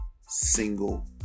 single